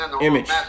image